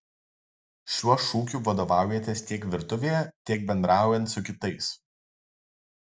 šiuo šūkiu vadovaujatės tiek virtuvėje tiek bendraujant su kitais